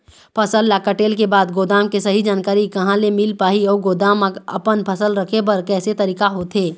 फसल ला कटेल के बाद गोदाम के सही जानकारी कहा ले मील पाही अउ गोदाम मा अपन फसल रखे बर कैसे तरीका होथे?